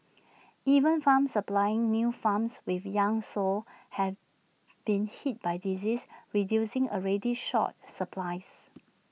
even farms supplying new farms with young sows have been hit by disease reducing already short supplies